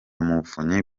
muvunyi